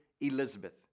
Elizabeth